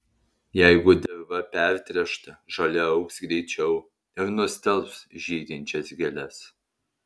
jeigu dirva pertręšta žolė augs greičiau ir nustelbs žydinčias gėles